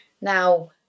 now